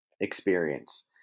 experience